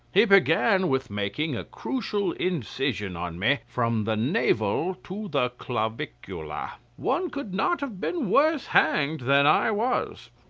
he began with making a crucial incision on me from the navel to the clavicula. one could not have been worse hanged than i was.